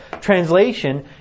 translation